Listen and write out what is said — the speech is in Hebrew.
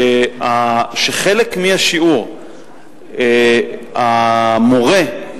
שחלק מהשיעור המורה,